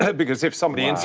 but because if somebody and